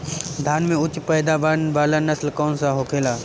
धान में उच्च पैदावार वाला नस्ल कौन सा होखेला?